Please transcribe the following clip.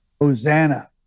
Hosanna